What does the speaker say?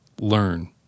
Learn